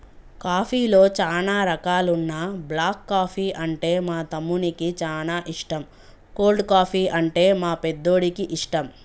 కాఫీలో చానా రకాలున్న బ్లాక్ కాఫీ అంటే మా తమ్మునికి చానా ఇష్టం, కోల్డ్ కాఫీ, అంటే మా పెద్దోడికి ఇష్టం